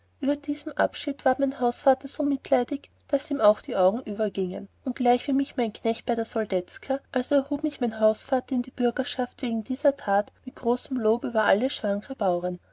über diesem abscheid ward mein hausvatter so mitleidig daß ihm auch die augen übergiengen und gleichwie mich mein knecht bei der soldateska also erhub mich mein hausvatter bei der bürgerschaft wegen dieser tat mit großem lob über alle